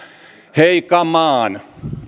hei kamoon